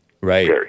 Right